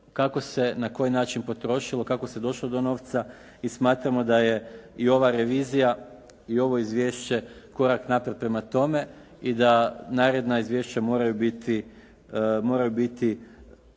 kako se, na koji način potrošilo, kako se došlo do novca i smatramo da je i ova revizija i ovo izvješće korak naprijed prema tome i da naredna izvješća moraju biti